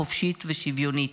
חופשית ושוויונית,